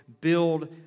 build